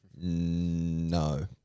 No